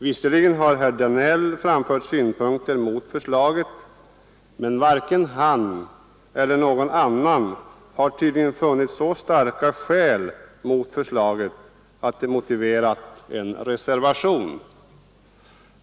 Visserligen har herr Danell framfört synpunkter mot förslaget, men varken han eller någon annan har tydligen funnit så starka skäl mot förslaget att det har motiverat en reservation.